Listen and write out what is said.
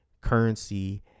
currency